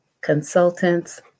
Consultants